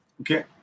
Okay